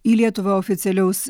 į lietuvą oficialiaus